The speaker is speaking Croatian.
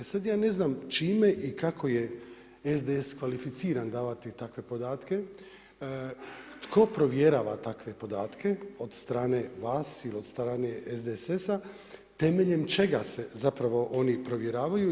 E sad ja ne znam čime i kako je SDSS kvalificiran davati takve podatke, tko provjerava takve podatke od strane vas ili od strane SDSS-a temeljem čega se zapravo oni provjeravaju.